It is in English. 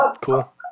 Cool